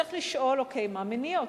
צריך לשאול מה מניע אותם,